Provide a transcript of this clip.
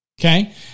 okay